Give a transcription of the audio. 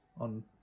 on